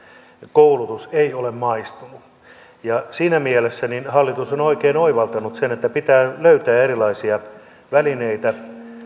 koulutus ei ole maistunut siinä mielessä hallitus on oikein oivaltanut sen että pitää löytää erilaisia välineitä